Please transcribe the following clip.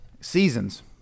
seasons